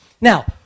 Now